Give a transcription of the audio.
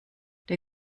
der